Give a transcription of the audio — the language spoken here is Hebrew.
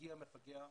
מגיע מפגע,